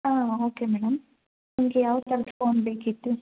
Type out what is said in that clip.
ಹಾಂ okay madam ನಿಮಗೆ ಯಾವ ಥರದ ಫೋನ್ ಬೇಕಿತ್ತು